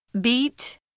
beat